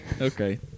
Okay